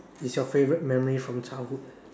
is your favourite memory from childhood